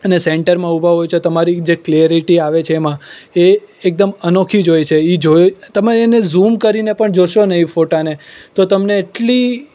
અને સેન્ટરમાં ઉભા હોવ છો તો તમારી જે ક્લેરિટી આવે છે એમાં એ એકદમ અનોખી જ હોય છે એ જોઈ તમે એને ઝૂમ કરીને પણ જોશો ને એ ફોટાને તો તમને એટલી